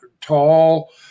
tall